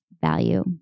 value